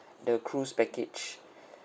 the cruise package